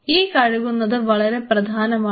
ഈ കഴുകുന്നത് വളരെ പ്രധാനമാണ്